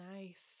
nice